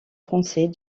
français